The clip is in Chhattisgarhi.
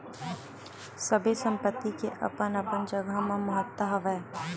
सबे संपत्ति के अपन अपन जघा म महत्ता हवय